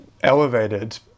elevated